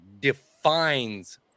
defines